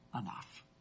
enough